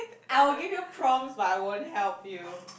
I'll give you prompts but I won't help you